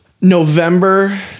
November